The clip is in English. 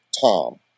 Tom